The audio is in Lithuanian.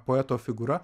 poeto figūra